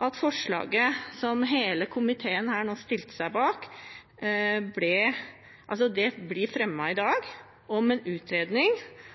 at forslaget om at barnetrygden skal holdes utenfor ved beregning av økonomisk sosialhjelp, som hele komiteen her nå stilte seg bak, blir fremmet i dag. Det